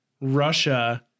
Russia